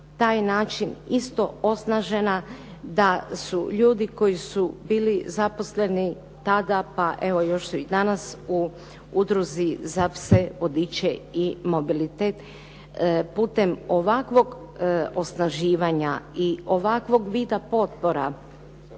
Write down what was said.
taj način isto osnažena da su ljudi koji su bili zaposleni tada pa evo još su i danas u Udruzi za pse vodiče i mobilitet putem ovakvog osnaživanja i ovakvog vida potpora